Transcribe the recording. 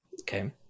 Okay